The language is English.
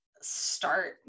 start